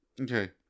Okay